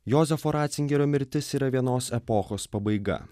jozefo ratzingerio mirtis yra vienos epochos pabaiga